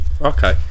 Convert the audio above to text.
Okay